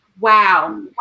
Wow